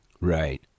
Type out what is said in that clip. Right